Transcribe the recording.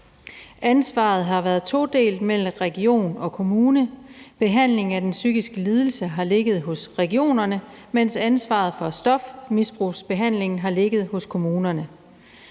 Ansvaret har været todelt mellem regioner og kommuner. Behandlingen af den psykiske lidelse har ligget hos regionerne, mens ansvaret for stofmisbrugsbehandlingen har ligget hos kommunerne.